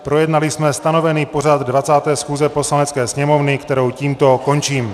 Projednali jsme stanovený pořad 20. schůze Poslanecké sněmovny, kterou tímto končím.